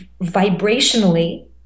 vibrationally